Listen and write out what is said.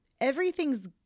everything's